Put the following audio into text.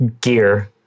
gear